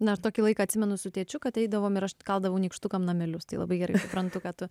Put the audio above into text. na ir tokį laiką atsimenu su tėčiu kad eidavom ir aš kaldavau nykštukam namelius tai labai gerai suprantu ką tu